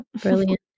Brilliant